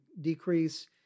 decrease